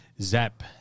Zap